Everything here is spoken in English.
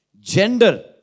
Gender